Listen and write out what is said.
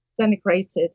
Denigrated